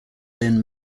lynne